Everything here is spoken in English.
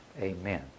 Amen